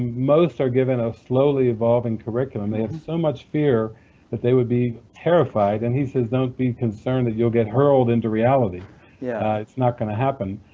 most are given a slowly evolving curriculum. they have so much fear that they would be terrified, and he says, don't be concerned that you'll get hurled into reality yeah it's not gonna happen.